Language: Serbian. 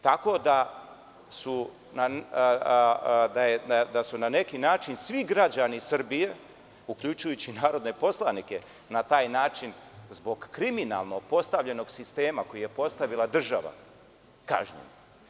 Tako da su na neki način svi građani Srbije uključujući narodne poslanike na taj način zbog kriminalnog postavljenog sistema, koji je postavila država kažnjen.